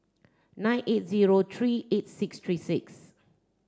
nine eight zero three eight six three six